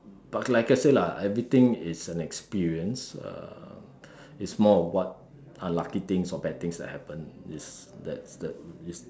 but like I said lah everything is an experience um is more of what unlucky things or bad things that happen is that that is